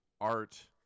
art